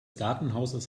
gartenhauses